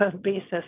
basis